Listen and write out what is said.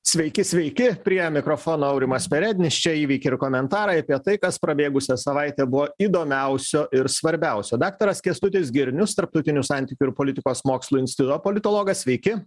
sveiki sveiki prie mikrofono aurimas perednis čia įvykiai ir komentarai apie tai kas prabėgusią savaitę buvo įdomiausio ir svarbiausio daktaras kęstutis girnius tarptautinių santykių ir politikos mokslų instituto politologas sveiki